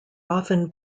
often